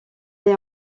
est